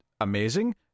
amazing